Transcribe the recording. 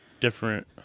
different